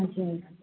हजुर